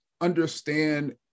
understand